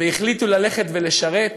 והחליטו ללכת ולשרת.